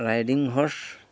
riding horse